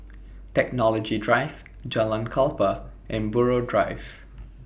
Technology Drive Jalan Klapa and Buroh Drive